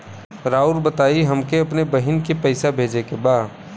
राउर बताई हमके अपने बहिन के पैसा भेजे के बा?